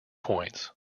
points